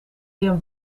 een